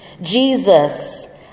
Jesus